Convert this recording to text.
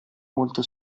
molto